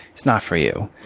it's not for you.